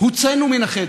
הוצאנו מן החדר.